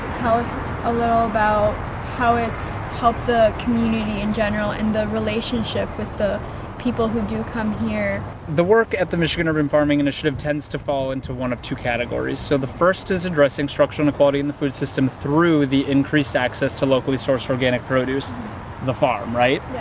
tell us a little about how it helped the community in general and the relationship with the people who do come here the work at the michigan urban farming initiative tends to fall into one of two categories so the first is addressing structural inequality in the food system through the increased access to locally sourced organic produce the farm, right?